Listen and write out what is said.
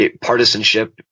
partisanship